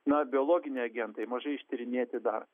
na biologiniai agentai mažai ištyrinėti dar